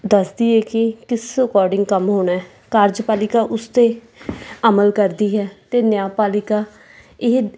ਦੱਸਦੀ ਹੈ ਕਿ ਕਿਸ ਅਕੋਰਡਿੰਗ ਕੰਮ ਹੋਣਾ ਕਾਰਜ ਪਾਲਿਕਾ ਉਸ 'ਤੇ ਅਮਲ ਕਰਦੀ ਹੈ ਅਤੇ ਨਿਆਂ ਪਾਲਿਕਾ ਇਹ